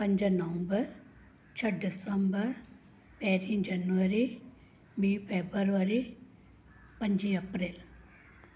पंज नवंबर छ्ह डिसंबर पहिरीं जनवरी ॿीं फरवरी पंजी अप्रैल